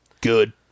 Good